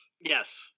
Yes